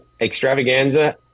extravaganza